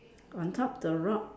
on top the rock